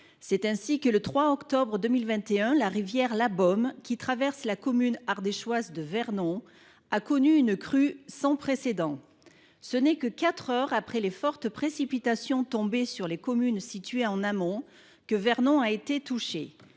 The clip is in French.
C’est ainsi que, le 3 octobre 2021, la rivière La Beaume, qui traverse la commune ardéchoise de Vernon, a connu une crue sans précédent. Ce n’est que quatre heures après les fortes précipitations tombées sur les communes situées en amont que Vernon a été touchée.